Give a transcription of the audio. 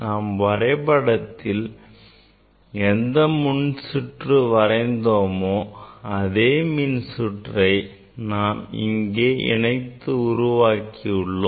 நாம் வரைபடத்தில் எந்த மின்சுற்றை வரைந்தோமோ அதே மின்சுற்றை நாம் இங்கே இணைத்து உருவாக்கியுள்ளோம்